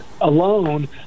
alone